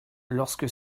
lorsque